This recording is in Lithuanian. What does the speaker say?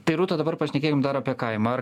tai rūta dabar pašnekėkim dar apie kaimą ar